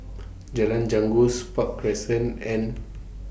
Jalan Janggus Park Crescent and